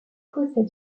possèdent